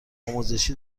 آموزشی